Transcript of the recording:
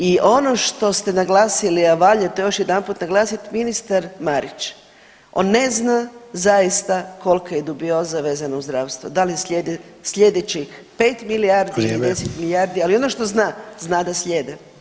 I ono što ste naglasili, a valja to još jedanput naglasit ministar Marić, on ne zna zaista kolika je dubioza vezana uz zdravstvo, da li slijedećih 5 milijardi ili 10 milijardi [[Upadica: Vrijeme]] ali ono što zna, zna da slijede.